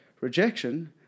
rejection